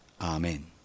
Amen